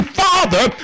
father